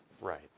Right